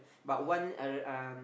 but one uh um